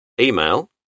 Email